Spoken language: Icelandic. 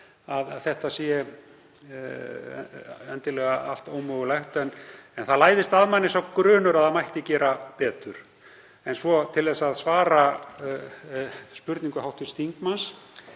að þetta sé endilega allt ómögulegt en það læðist að manni sá grunur að það mætti gera betur. En til að svara spurningu hv. þingmanns